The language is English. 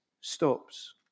stops